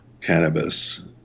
cannabis